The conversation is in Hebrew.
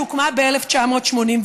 שהוקמה ב-1982.